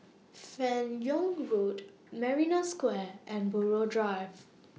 fan Yoong Road Marina Square and Buroh Drive